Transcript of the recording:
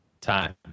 Time